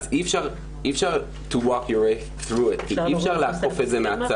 כי אי אפשר לעקוף את זה מהצד,